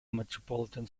metropolitan